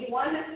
one